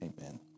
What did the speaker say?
Amen